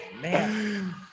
man